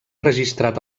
registrat